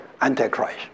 Antichrist